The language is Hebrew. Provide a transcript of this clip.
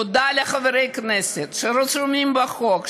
תודה לחברי הכנסת שרשומים בחוק,